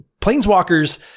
planeswalkers